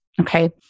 Okay